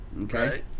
okay